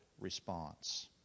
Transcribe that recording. response